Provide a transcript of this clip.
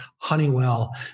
Honeywell